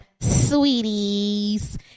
sweeties